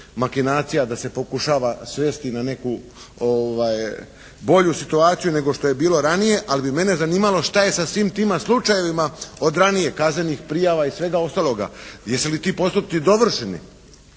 da se pokušava svesti na neku bolju situaciju nego što je bilo ranije. Ali bi mene zanimalo šta je sa svim tima slučajevima od ranije kaznenih prijava i svega ostaloga? Jesu li ti postupci dovršeni?